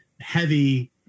heavy